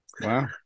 Wow